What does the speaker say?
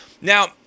Now